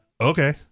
okay